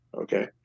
okay